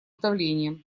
давлением